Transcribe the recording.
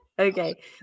Okay